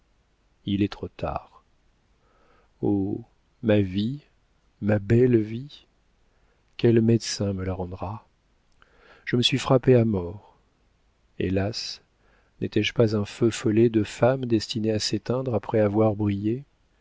il est trop tard o ma vie ma belle vie quel médecin me la rendra je me suis frappée à mort hélas n'étais-je pas un feu follet de femme destiné à s'éteindre après avoir brillé